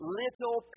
little